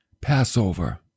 Passover